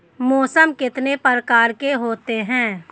मौसम कितने प्रकार के होते हैं?